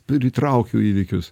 pritraukiau įvykius